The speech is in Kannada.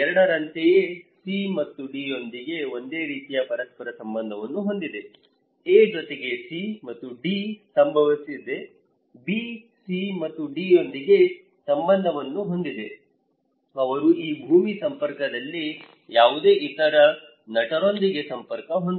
ಎರಡರಂತೆಯೇ C ಮತ್ತು D ಯೊಂದಿಗೆ ಒಂದೇ ರೀತಿಯ ಪರಸ್ಪರ ಸಂಬಂಧವನ್ನು ಹೊಂದಿವೆ A ಜೊತೆಗೆ C ಮತ್ತು D ಸಂಬಂಧವಿದೆ B C ಮತ್ತು D ಯೊಂದಿಗೆ ಸಂಬಂಧವನ್ನು ಹೊಂದಿದೆ ಅವರು ಈ ಭೂಮಿ ಸಂಪರ್ಕದಲ್ಲಿ ಯಾವುದೇ ಇತರ ನಟರೊಂದಿಗೆ ಸಂಪರ್ಕ ಹೊಂದಿಲ್ಲ